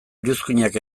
iruzkinak